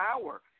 power